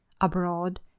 abroad